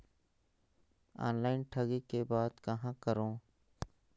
Online ठगी के बाद कहां करों?